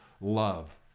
love